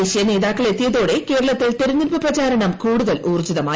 ദേശീയ നേതാക്കൾ എത്തിയതോടെ കേരളത്തിൽ തെരഞ്ഞെടുപ്പ് പ്രചാരണം കൂടുതൽ ഊർജിതമായി